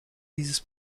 dieses